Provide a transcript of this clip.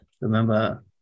Remember